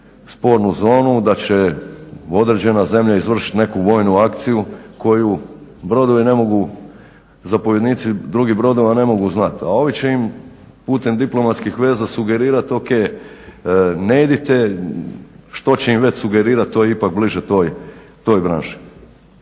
spornu zonu, da će određena zemlja izvršiti neku vojnu akciju koju brodovi ne mogu, zapovjednici drugih brodova ne mogu znati, a ovi će im pute diplomatskih veza sugerirati ok, ne idite što će im već sugerirati, to je već bliže toj branši.